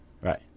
right